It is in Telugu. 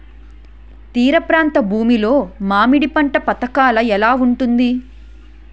తీర ప్రాంత భూమి లో మామిడి పంట పథకాల ఎలా ఉంటుంది?